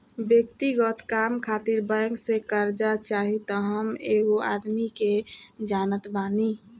व्यक्तिगत काम खातिर बैंक से कार्जा चाही त हम एगो आदमी के जानत बानी